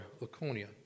Laconia